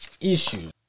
issues